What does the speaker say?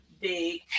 big